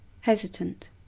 hesitant